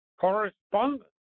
correspondence